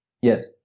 Yes